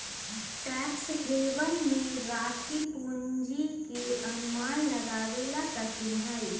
tax haven में राखी पूंजी के अनुमान लगावे ला कठिन हई